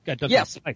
Yes